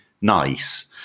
nice